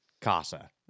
casa